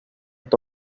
que